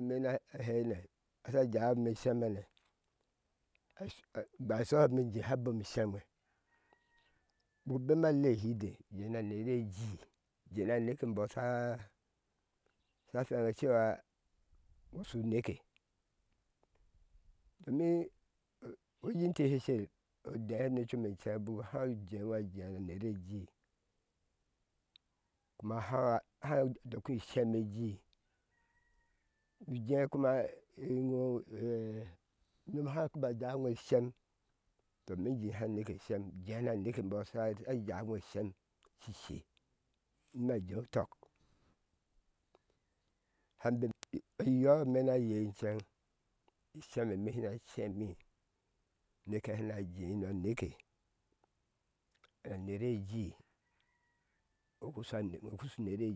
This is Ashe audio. imena hene asha jame shem hane ba shoho me jehe abom ishem ba buku bɛma lehoode jea na nere ji jea na neke bɔɔ sha fhweŋ cewa shu neke doin ŋo jii teh sher odɛhene chom cheŋ biku há jee iŋo jea mu nere jii kuma ha dɔki dhem ayii nu jen kuma yom kuma haka ba jau iŋo shem tɔ me jehe aneke shem jee na neke bɔɔ sha jau iŋo shem shishe nima jea utɔk hanbɛ iyɔ mena yeh cheŋ ishemme shina shemi neke hana jea na neke anere jii urusha shu nere.